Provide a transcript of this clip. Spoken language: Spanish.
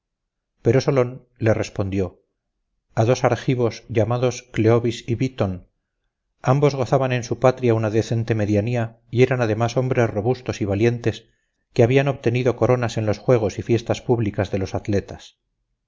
pero solón le respondió a dos argivos llamados cleobis y biton ambos gozaban en su patria una decente medianía y eran además hombres robustos y valientes que habían obtenido coronas en los juegos y fiestas públicas de los atletas